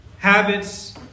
Habits